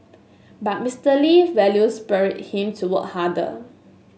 but Mister Lee values spurred him to work harder